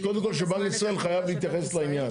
קודם כל, שבנק ישראל חייב להתייחס לעניין.